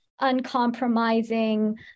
uncompromising